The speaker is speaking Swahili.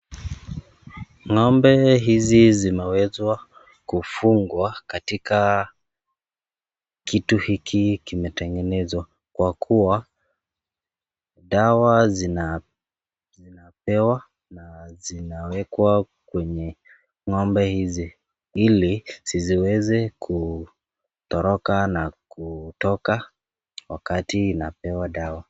Ng'ombe hizi zimeweza kufungwa katika kitu hiki kimetengenezwa kwa kuwa dawa zinapewa na zinaekwa kwenye ng'ombe hizi ili ziweze kutoroka na kutoka wakati inapewa dawa.